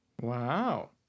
Wow